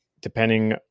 depending